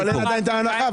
רק שאין את ההנחה,